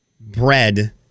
bread